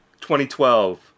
2012